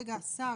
כרגע השר,